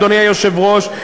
אדוני היושב-ראש,